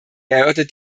erörtert